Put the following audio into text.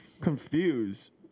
confused